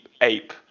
ape